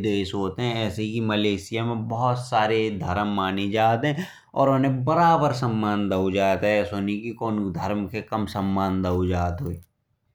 देश हैं। ऐसे ही मलेशिया में बहुत सारे धर्म माने जात हैं। और उन्हें बराबर सम्मान दाओ जात है। एसो नहीं है कि कोई धर्म को कम सम्मान दाओ जात है।